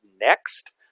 next